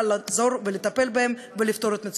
לחזור ולטפל בהם ולפתור את מצוקתם.